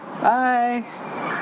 Bye